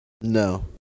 No